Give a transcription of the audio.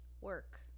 work